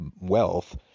wealth